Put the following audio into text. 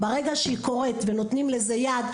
ברגע שהיא מתרחשת וברגע שנותנים לה יד,